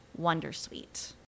wondersuite